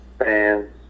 fans